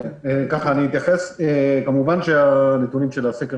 אני אתייחס כמובן שהנתונים של הסקר